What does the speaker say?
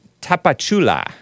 Tapachula